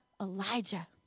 Elijah